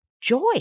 joy